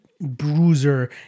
bruiser